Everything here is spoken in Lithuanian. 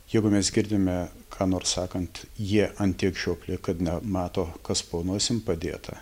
jeigu mes girdime ką nors sakant jie ant tiek žiopli kad nemato kas po nosim padėta